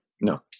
No